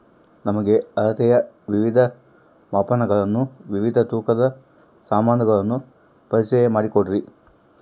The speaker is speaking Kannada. ನಮಗೆ ಅಳತೆಯ ವಿವಿಧ ಮಾಪನಗಳನ್ನು ವಿವಿಧ ತೂಕದ ಸಾಮಾನುಗಳನ್ನು ಪರಿಚಯ ಮಾಡಿಕೊಡ್ರಿ?